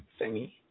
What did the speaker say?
thingy